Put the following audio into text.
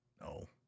No